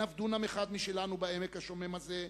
אין אף דונם אחד משלנו בעמק השומם הזה,